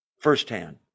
firsthand